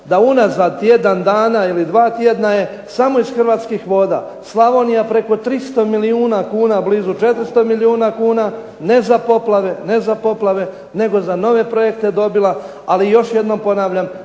da unazad tjedan dana ili dva tjedna je samo iz Hrvatskih voda Slavonija preko 300 milijuna kuna, blizu 400 milijuna kuna ne za poplave nego za nove projekte dobila. Ali još jednom ponavljam